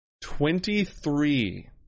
Twenty-three